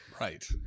right